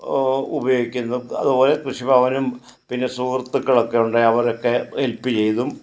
ഉപയോഗിക്കുന്നു അതുപോലെ കൃഷിഭവനും പിന്നെ സുഹൃത്തുക്കളൊക്കെ ഉണ്ട് അവരൊക്കെ ഹെല്പ് ചെയ്തും